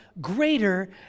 greater